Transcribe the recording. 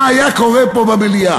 מה היה קורה פה במליאה?